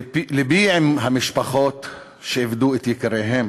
לבי עם המשפחות שאיבדו את יקיריהן,